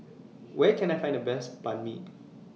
Where Can I Find The Best Banh MI